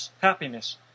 happiness